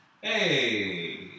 hey